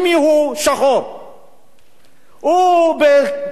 הוא במיוחד אפריקני שהגיע,